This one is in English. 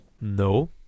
No